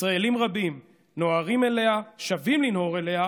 ישראלים רבים נוהרים אליה ושבים לנהור אליה,